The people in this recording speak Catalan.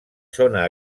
zona